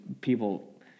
people